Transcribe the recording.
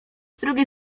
drugiej